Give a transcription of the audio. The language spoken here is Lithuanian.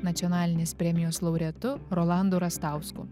nacionalinės premijos laureatu rolandu rastausku